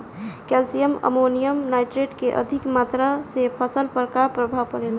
Calcium ammonium nitrate के अधिक मात्रा से फसल पर का प्रभाव परेला?